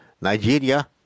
Nigeria